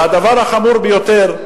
והדבר החמור ביותר,